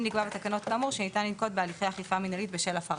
אם נקבע בתקנות כאמור שניתן לנקוט בהליכי אכיפה מנהלית בשל הפרתה".